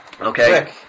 Okay